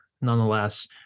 nonetheless